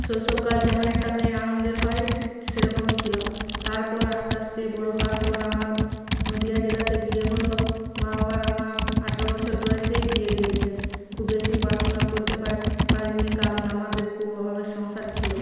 শৈশবকাল যেমন একটা মেয়ের আনন্দের হয় সেরকমই ছিলাম তারপর আস্তে আস্তে বড় হওয়ার পর আমার নদিয়া জেলাতে বিয়ে হল মা বাবার আমার আঠারো বছর বয়সেই বিয়ে দিয়ে দিলেন খুব বেশি পড়াশোনা করতে পারি নি কারণ আমাদের খুব অভাবের সংসার ছিল